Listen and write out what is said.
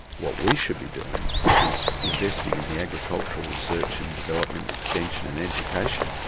what we should be doing is investing in the agricultural research and development and extension and education,